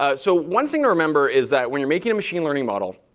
ah so one thing to remember is that when you're making a machine learning model,